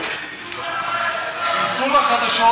חיסול החדשות,